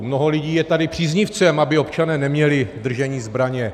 Mnoho lidí je tady příznivcem, aby občané neměli v držení zbraně.